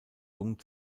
jung